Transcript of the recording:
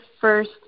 first